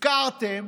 הפקרתם